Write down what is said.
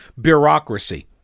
bureaucracy